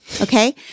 Okay